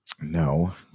No